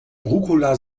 rucola